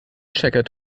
checker